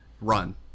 Run